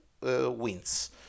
wins